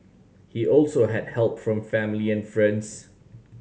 he also had help from family and friends